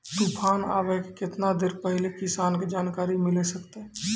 तूफान आबय के केतना देर पहिले किसान के जानकारी मिले सकते?